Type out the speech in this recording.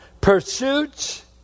pursuits